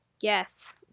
Yes